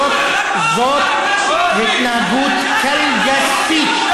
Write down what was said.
זאת התנהגות קלגסית.